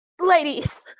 ladies